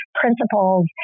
principles